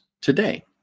today